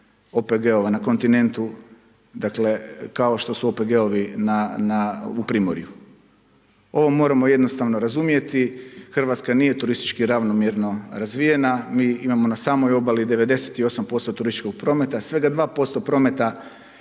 OPG-ova na kontinentu dakle, kao što su OPG-ovi u Primorju. Ovo moramo jednostavno razumjeti, Hrvatska nije turistički ravnomjerno razvijena, mi imamo na samoj obali 98% turističkog prometa, svega 2% prometa